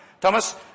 Thomas